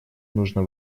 нужно